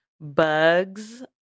Bugs